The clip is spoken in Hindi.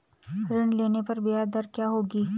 ऋण लेने पर ब्याज दर क्या रहेगी?